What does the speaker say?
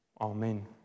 Amen